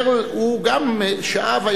ברל, הוא גם שאב.